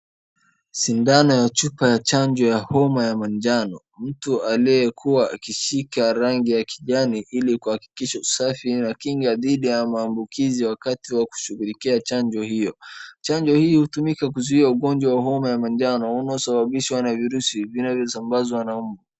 Sindano ya chupa ya chanjo ya homa ya majano. Mtu aliyekuwa akishika rangi ya kijani ili kuhakikisha usafi na kinga dhidi ya maambukizi ya wakati wa kushughulikia chanjo hiyo. Chanjo hii hutumika kuzuia ugonjwa wa homa ya mjano unaosababishwa na virusi vinavyosambazwa na mbu.